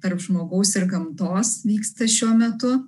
tarp žmogaus ir gamtos vyksta šiuo metu